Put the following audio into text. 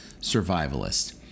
survivalist